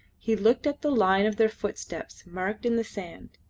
he looked at the line of their footsteps marked in the sand.